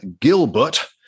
Gilbert